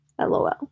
lol